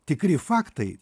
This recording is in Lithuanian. tikri faktai